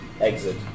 exit